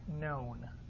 known